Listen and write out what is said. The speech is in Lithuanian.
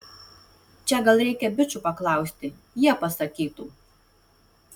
čia gal reikia bičų paklausti jie pasakytų